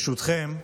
ברשותכם,